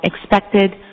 expected